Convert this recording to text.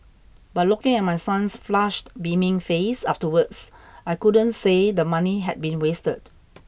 but looking at my son's flushed beaming face afterwards I couldn't say the money had been wasted